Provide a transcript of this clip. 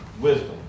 wisdom